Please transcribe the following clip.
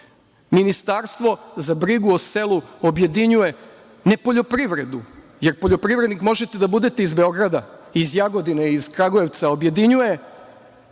Srbije. Ministarstvo za brigu o selu objedinjuje, ne poljoprivredu, jer poljoprivrednik možete da budete iz Beograda, iz Jagodine, iz Kragujevca, objedinjuje